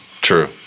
True